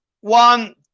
one